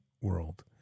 world